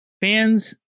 fans